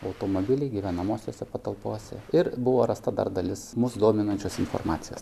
automobilyje gyvenamosiose patalpose ir buvo rasta dar dalis mus dominančios informacijos